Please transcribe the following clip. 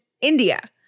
India